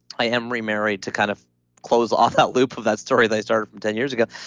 i am remarried to kind of close off that loop of that story that i started from ten years ago.